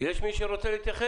יש מי שרוצה להתייחס?